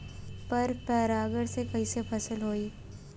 पर परागण से कईसे फसल होई?